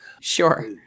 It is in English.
Sure